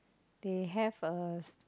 they have a